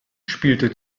spielte